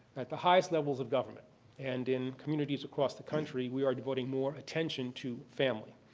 at the highest levels of government and in communities across the country, we are devoting more attention to family.